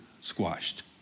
squashed